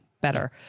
better